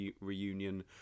reunion